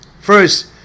First